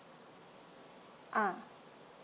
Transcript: ah